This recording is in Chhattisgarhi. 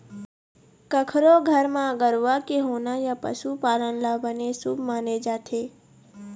कखरो घर म गरूवा के होना या पशु पालन ल बने शुभ माने जाथे